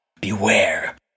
Beware